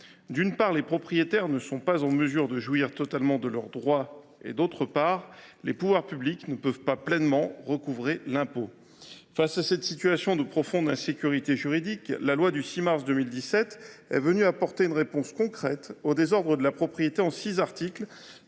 d’une part, les propriétaires ne sont pas en mesure de jouir totalement de leurs droits ; d’autre part, les pouvoirs publics ne peuvent pas pleinement recouvrer l’impôt. Face à cette situation de profonde insécurité juridique, la loi du 6 mars 2017 est venue apporter une réponse concrète au désordre de la propriété en six articles,